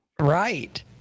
right